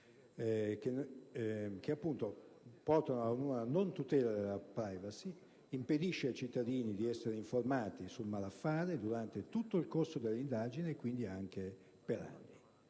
formalità, porta ad una non tutela della *privacy*, impedisce ai cittadini di essere informati sul malaffare durante tutto il corso delle indagini, quindi per anni.